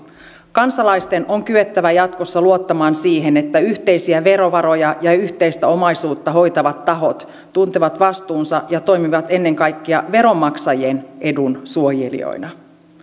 kansalaisten on kyettävä jatkossa luottamaan siihen että yhteisiä verovaroja ja ja yhteistä omaisuutta hoitavat tahot tuntevat vastuunsa ja toimivat ennen kaikkea veronmaksajien edun suojelijoina